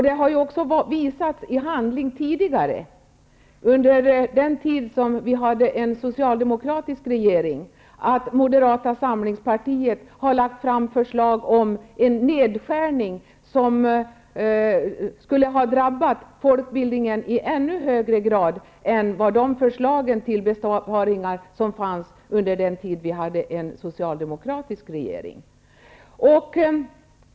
Det har också tidigare, under den tid då vi hade en socialdemokratisk regering, visat sig att Moderata samlingspartiet har lagt fram förslag om en nedskärning som skulle ha drabbat folkbildningen i ännu högre grad än de förslag till besparingar som fanns under den tid när vi hade en socialdemokratisk regering.